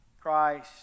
Christ